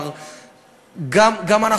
גם אנחנו,